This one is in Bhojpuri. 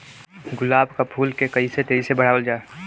गुलाब क फूल के कइसे तेजी से बढ़ावल जा?